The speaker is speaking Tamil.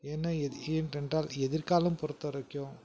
ஏன்னால் ஏனென்றால் எதிர்காலம் பொறுத்த வரைக்கும்